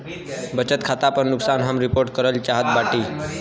बचत खाता पर नुकसान हम रिपोर्ट करल चाहत बाटी